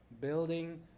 building